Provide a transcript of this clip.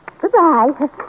Goodbye